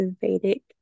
Vedic